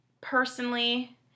personally